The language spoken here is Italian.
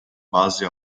base